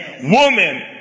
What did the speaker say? Woman